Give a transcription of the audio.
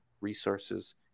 resources